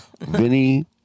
Vinny